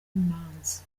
imanzi